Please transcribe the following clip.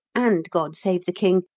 and god save the king,